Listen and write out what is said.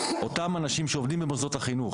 אותם אנשים שעובדים במוסדות החינוך,